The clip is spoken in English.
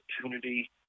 opportunity